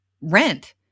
rent